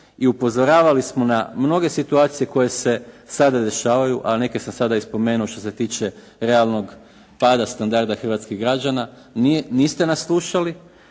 i upozoravali smo na mnoge situacije koje se sada dešavaju, a neke sam sada i spomenuo što se tiče realnog pada standarda hrvatskih građana, niste nas slušali.